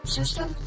System